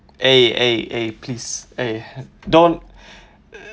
eh eh eh please eh don't